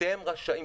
אתם רשאים,